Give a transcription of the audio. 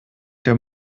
der